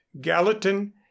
Gallatin